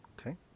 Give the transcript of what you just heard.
Okay